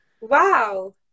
Wow